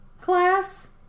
Class